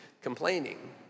complaining